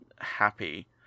happy